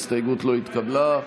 ההסתייגות לא התקבלה.